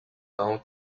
home